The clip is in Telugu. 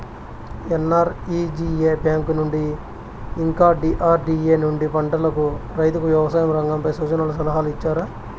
ఎన్.ఆర్.ఇ.జి.ఎ బ్యాంకు నుండి ఇంకా డి.ఆర్.డి.ఎ నుండి పంటలకు రైతుకు వ్యవసాయ రంగంపై సూచనలను సలహాలు ఇచ్చారా